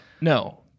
no